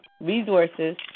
resources